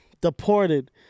Deported